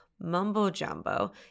mumbo-jumbo